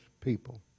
people